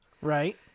Right